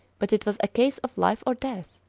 but it was a case of life or death.